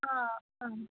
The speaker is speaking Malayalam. ആ ആ